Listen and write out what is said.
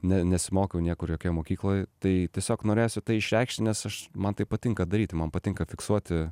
ne nesimokiau niekur jokioj mokykloj tai tiesiog norėjosi tai išreikšti nes aš man tai patinka daryti man patinka fiksuoti